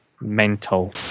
mental